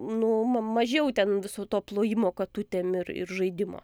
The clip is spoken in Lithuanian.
nu ma mažiau ten viso to plojimo katutėm ir ir žaidimo